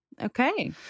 Okay